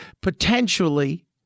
potentially